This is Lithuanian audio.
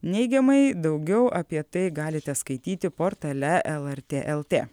neigiamai daugiau apie tai galite skaityti portale lrt lt